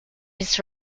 his